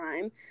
time